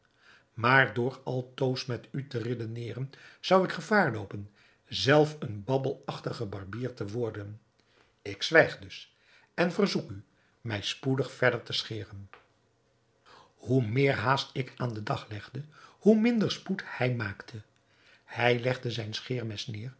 maar door aldus met u te redeneren zou ik gevaar loopen zelf een babbelachtige barbier te worden ik zwijg dus en verzoek u mij spoedig verder te scheren hoe meer haast ik aan den dag legde hoe minder spoed hij maakte hij legde zijn scheermes neêr